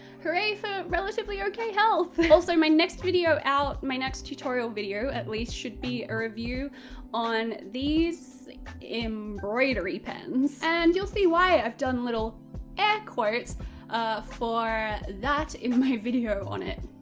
hooray for relatively ok health! also my next video out, my next tutorial video at least, should be a review on these embroiderly pens. and you'll see why i've done little air quotes for that in my video on it.